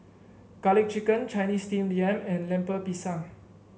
garlic chicken Chinese Steamed Yam and Lemper Pisang